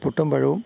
പുട്ടും പഴവും